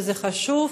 וזה חשוב,